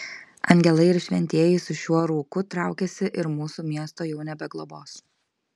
angelai ir šventieji su šiuo rūku traukiasi ir mūsų miesto jau nebeglobos